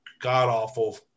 god-awful